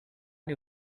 new